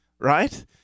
right